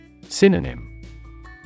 Synonym